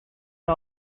the